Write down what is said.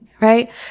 right